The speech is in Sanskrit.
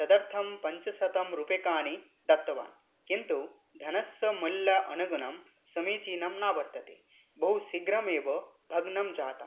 तदर्थं पञ्चशतरूप्यकाणि दत्तवान् किन्तु धनस्स मूल्यानुगुणं समीचीनं न वर्तते बहु शीघ्रमेव भग्नं जातं